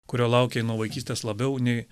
kurio laukei nuo vaikystės labiau nei